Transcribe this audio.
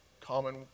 common